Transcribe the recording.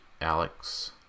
Alex